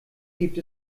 gibt